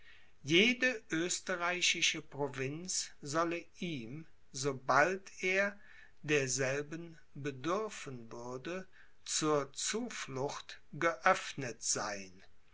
jede österreichische provinz solle ihm sobald er derselben bedürfen würde zur zuflucht geöffnet sein